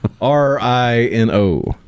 R-I-N-O